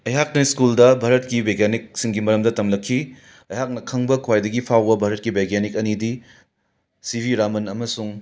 ꯑꯩꯍꯥꯛꯅ ꯁ꯭ꯀꯨꯜꯗ ꯚꯥꯔꯠꯀꯤ ꯕꯩꯖ꯭ꯌꯥꯅꯤꯛꯁꯤꯡꯒꯤ ꯃꯔꯝꯗ ꯇꯝꯂꯛꯈꯤ ꯑꯩꯍꯥꯛꯅ ꯈꯪꯕ ꯈꯨꯋꯥꯏꯗꯒꯤ ꯐꯥꯎꯕ ꯚꯥꯔꯠꯀꯤ ꯕꯩꯖ꯭ꯌꯥꯅꯤꯛ ꯑꯅꯤꯗꯤ ꯁꯤ ꯚꯤ ꯔꯥꯍꯃꯟ ꯑꯃꯁꯨꯡ